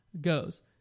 goes